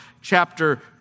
chapter